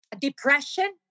depression